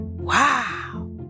Wow